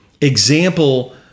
example